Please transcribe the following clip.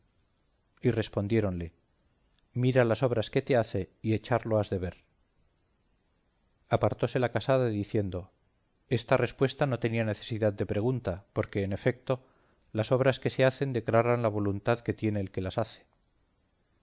y respondiéronle mira las obras que te hace y echarlo has de ver apartóse la casada diciendo esta respuesta no tenía necesidad de pregunta porque en efecto las obras que se hacen declaran la voluntad que tiene el que las hace